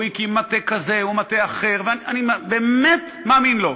הוא הקים מטה כזה ומטה אחר, אני באמת מאמין לו.